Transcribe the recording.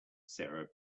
sarah